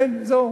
אין, זהו.